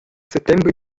settember